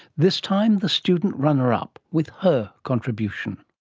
this time the student runner-up, with her contribution.